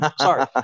Sorry